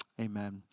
Amen